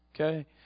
Okay